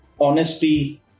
honesty